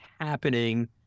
happening